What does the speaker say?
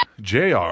JR